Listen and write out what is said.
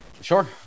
sure